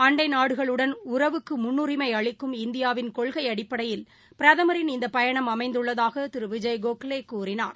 அண்டைநாடுகளுடன் உறவுக்குமுன்னுரிஸ்அளிக்கும் இந்தியாவின் கொள்கைஅடிப்படையில் பிரதமரின் இந்தபயணம் அமைந்துள்ளதாகதிருவிஜய் கோகலேகூறினார்